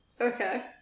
Okay